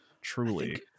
Truly